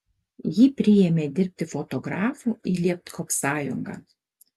jį priėmė dirbti fotografu į lietkoopsąjungą